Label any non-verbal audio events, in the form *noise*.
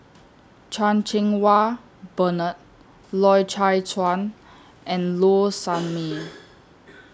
Chan Cheng Wah Bernard Loy Chye Chuan and Low Sanmay *noise*